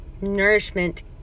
nourishment